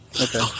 Okay